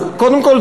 אז קודם כול,